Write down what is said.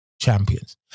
champions